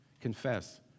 Confess